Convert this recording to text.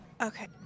Okay